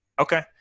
okay